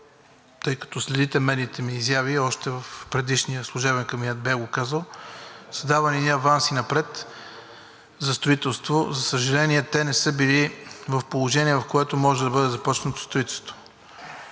тъй като следите медийните ми изяви, още в предишния служебен кабинет бях го казал, едни аванси напред за строителство. За съжаление, те не са били в положение, в което може да бъде започнато строителство.